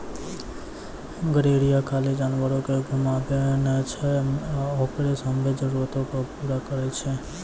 गरेरिया खाली जानवरो के घुमाबै नै छै ओकरो सभ्भे जरुरतो के पूरा करै छै